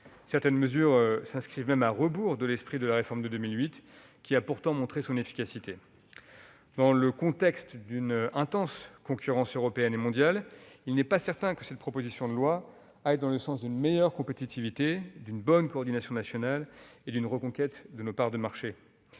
Certaines mesures s'inscrivent même à rebours de l'esprit de la réforme de 2008, qui a pourtant montré son efficacité. Dans le contexte d'une intense concurrence européenne et mondiale, il n'est pas certain que cette proposition de loi aille dans le sens d'une meilleure compétitivité, d'une bonne coordination nationale et d'une reconquête des parts de marché.